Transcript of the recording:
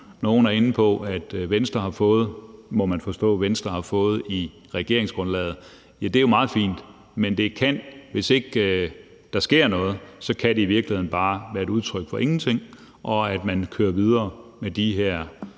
nogle er inde på man må forstå Venstre har fået i regeringsgrundlaget, men det kan, hvis ikke der sker noget, i virkeligheden bare være et udtryk for ingenting, og at man kører videre med de her